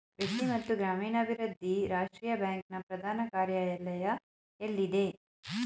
ಕೃಷಿ ಮತ್ತು ಗ್ರಾಮೀಣಾಭಿವೃದ್ಧಿ ರಾಷ್ಟ್ರೀಯ ಬ್ಯಾಂಕ್ ನ ಪ್ರಧಾನ ಕಾರ್ಯಾಲಯ ಎಲ್ಲಿದೆ?